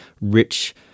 rich